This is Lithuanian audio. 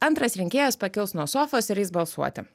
antras rinkėjas pakils nuo sofos ir eis balsuoti